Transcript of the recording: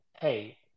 hey